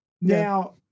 Now